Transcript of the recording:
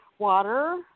Water